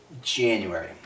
January